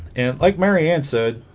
and like marianne said